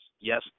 Yes